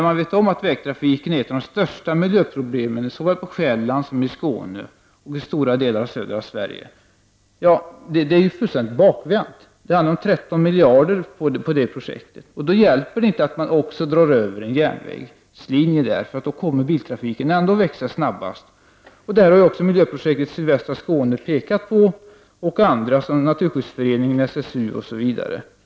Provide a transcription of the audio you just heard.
Men redan nu är vägtrafiken ett av de största problemen såväl på Själland som i Skåne och stora delar av södra Sverige. Att genomföra ett sådant här projekt skulle vara fullständigt bakvänt. Dessutom handlar det om 13 miljarder. Det hjälper inte att en järnväg samtidigt dras över Sundet. Det är ändå biltrafiken som växer snabbast. De som är engagerade i miljöprojektet för sydvästra Skåne och även andra — t.ex. Svenska naturskyddsföreningen och SSU — har påpekat detta.